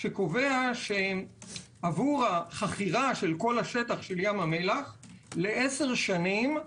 שקובע שעבור חכירת כל השטח של ים המלח לעשר שנים,